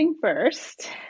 first